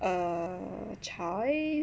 a choice